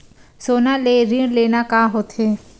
सोना ले ऋण लेना का होथे?